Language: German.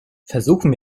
versuchen